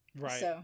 Right